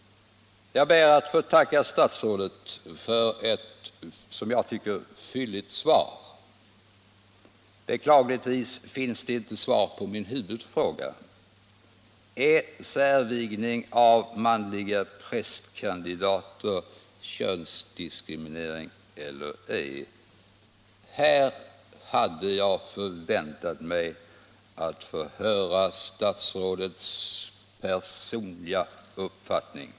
Jag ber att få tacka statsrådet för ett som jag tycker fylligt svar. Beklagligtvis finns det inte något svar på min huvudfråga: Är särvigning av manliga prästkandidater könsdiskriminering eller ej? Här hade jag förväntat mig att få höra statsrådets personliga uppfattning.